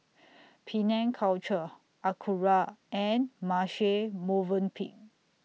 Penang Culture Acura and Marche Movenpick